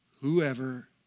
whoever